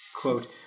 Quote